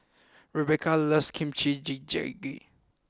Rebeca loves Kimchi Jjigae